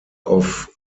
off